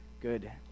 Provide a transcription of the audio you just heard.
Good